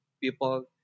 people